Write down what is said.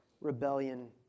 rebellion